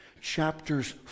chapters